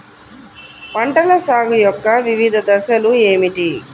పంటల సాగు యొక్క వివిధ దశలు ఏమిటి?